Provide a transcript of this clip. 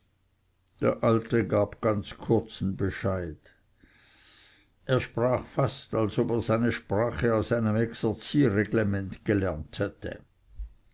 der alte gab ganz kurzen bescheid er sprach fast als ob er seine sprache aus einem exerzierreglement gelernt hätte